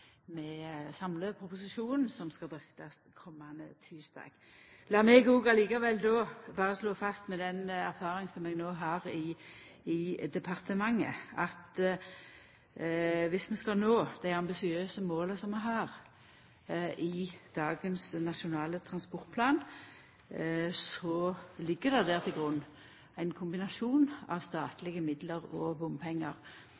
med samleproposisjonen som skal drøftast komande tysdag. Lat meg likevel berre slå fast, med erfaringa som eg no har i departementet, at dersom vi skal nå dei ambisiøse måla som vi har i dagens nasjonale transportplan, ligg det der til grunn ein kombinasjon av